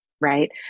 right